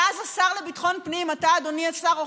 ואז השר לביטחון פנים, אתה, אדוני, השר אוחנה,